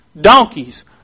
donkeys